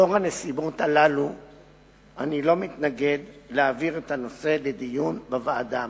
לאור הנסיבות האלה אני לא מתנגד להעברת הנושא לדיון בוועדה המתאימה.